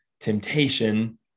temptation